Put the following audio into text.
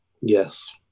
yes